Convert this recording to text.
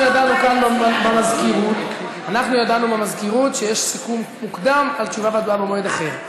אנחנו ידענו במזכירות שיש סיכום מוקדם על תשובה והצבעה במועד אחר.